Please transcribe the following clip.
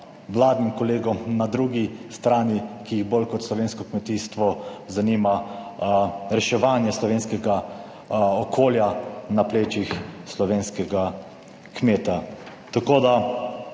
vladnim kolegom na drugi strani, ki jih bolj kot slovensko kmetijstvo zanima reševanje slovenskega okolja na plečih slovenskega kmeta. Tako, da